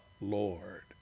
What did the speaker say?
Lord